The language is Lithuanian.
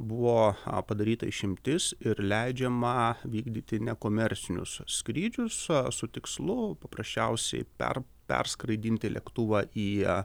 buvo padaryta išimtis ir leidžiama vykdyti nekomercinius skrydžius su tikslu paprasčiausiai per perskraidinti lėktuvą į